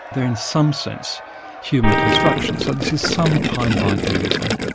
they're in some sense human constructions, so this is some kind of idealism.